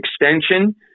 extension